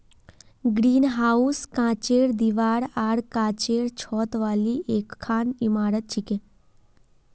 greenhouse कांचेर दीवार आर कांचेर छत वाली एकखन इमारत छिके